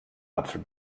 apfel